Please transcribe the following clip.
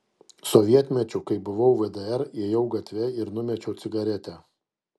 sovietmečiu kai buvau vdr ėjau gatve ir numečiau cigaretę